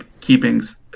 Keepings